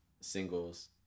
singles